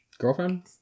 Girlfriend